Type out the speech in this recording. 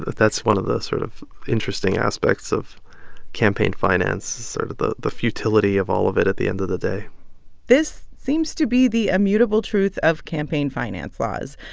that's one of the sort of interesting aspects of campaign finance is sort of the the futility of all of it at the end of the day this seems to be the immutable truth of campaign finance laws.